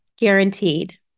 guaranteed